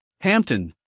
Hampton